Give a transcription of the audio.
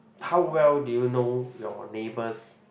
how well do you know your neighbours